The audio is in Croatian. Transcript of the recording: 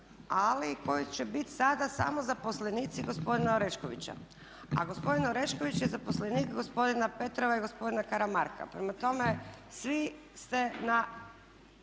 ali koji će biti sada samo zaposlenici gospodina Oreškovića. A gospodin Orešković je zaposlenik gospodina Petrova i gospodina Karamarka. Prema tome, svi ste na